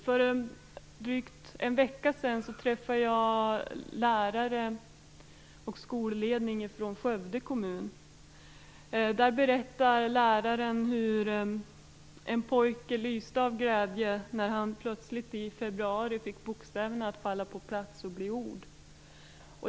För drygt en vecka sedan träffade jag lärare och skolledning från Skövde kommun. Där berättade en lärare hur en pojke lyste av glädje när denne plötsligt i februari fick bokstäverna att falla på plats och bli ord.